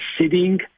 sitting